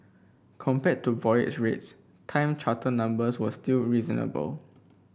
compared to voyage rates time charter numbers were still reasonable